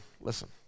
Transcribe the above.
listen